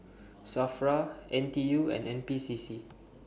SAFRA N T U and N P C C